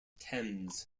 thames